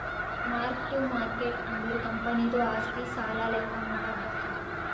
mark ಟ್ಟು market ಅಂದುರ್ ಕಂಪನಿದು ಆಸ್ತಿ, ಸಾಲ ಲೆಕ್ಕಾ ಮಾಡಾಗ್ ಬರ್ತುದ್